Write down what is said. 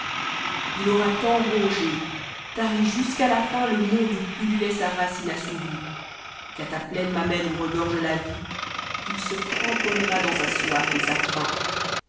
il aura tant rongé tari jusqu'à la no i le monde où pullulait sa race inassouvie qu ta pleine mamelle ou regorge ia vie il se cramponnera dans sa soif et sa faim